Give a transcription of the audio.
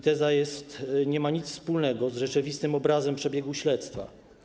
Teza nie ma nic wspólnego z rzeczywistym obrazem przebiegu śledztwa.